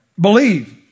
believe